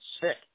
sick